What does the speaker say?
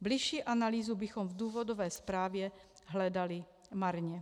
Bližší analýzu bychom v důvodové zprávě hledali marně.